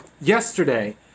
yesterday